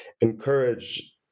encourage